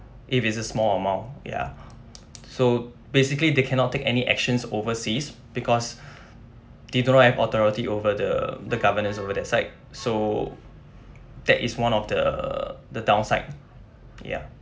if it's a small amount ya so basically they cannot take any actions overseas because they do not have authority over the the governance over that side so that is one of the the downside ya